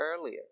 earlier